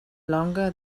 longer